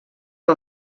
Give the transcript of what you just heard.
que